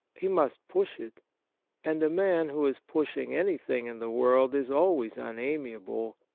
he must push it and a man who is pushing anything in the world is always unamiable,